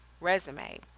resume